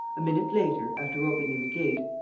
a minute later, after opening the gate,